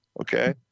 okay